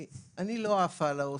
אני לא עפה על ההוסטל,